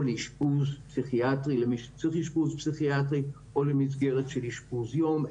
לאשפוז פסיכיאטרי למי שצריך אשפוז פסיכיאטרי או למסגרת של אשפוז יום.